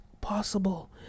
possible